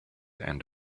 and